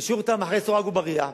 להשאיר אותם מאחורי סורג ובריח,